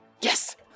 Yes